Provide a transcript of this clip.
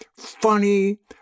Funny